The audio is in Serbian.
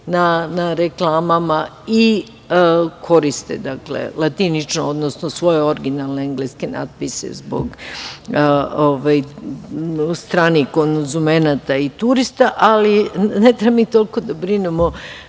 na reklama i koriste latinično, odnosno svoje originalne engleske natpise zbog stranih konzumenata i turista. Ne treba toliko da brinemo